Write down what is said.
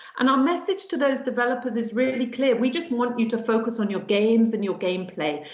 and our message to those developers is really clear. we just want you to focus on your games and your gameplay.